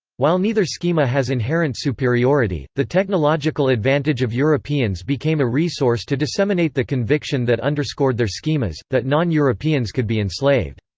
while neither schema has inherent superiority, the technological advantage of europeans became a resource to disseminate the conviction that underscored their schemas, that non-europeans could be enslaved.